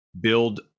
build